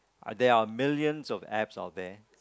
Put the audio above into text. there are millions of apps out there